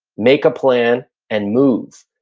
make a plan and move.